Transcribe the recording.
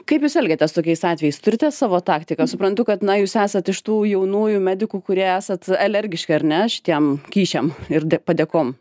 kaip jūs elgiatės tokiais atvejais turite savo taktiką suprantu kad na jūs esat iš tų jaunųjų medikų kurie esat alergiški ar ne šitiem kyšiam ir padėkom